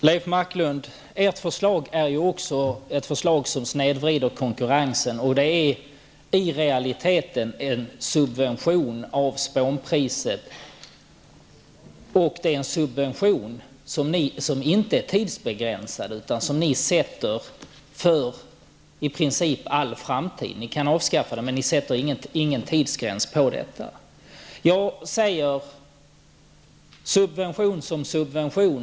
Herr talman! Ert förslag, Leif Marklund, är ju också ett förslag som snedvrider konkurrensen, och det innebär i realiteten en subvention av spånpriset. Det är en subvention som inte är tidsbegränsad utan som ni menar skall gälla för i princip all framtid. Ni kan avskaffa den, men ni sätter ingen tidsgräns på den. Jag säger: subvention som subvention.